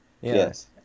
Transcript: Yes